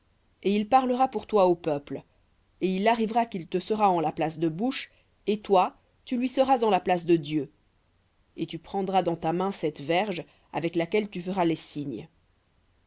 et il parlera pour toi au peuple et il arrivera qu'il te sera en la place de bouche et toi tu lui seras en la place de dieu et tu prendras dans ta main cette verge avec laquelle tu feras les signes